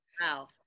Wow